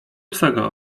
twego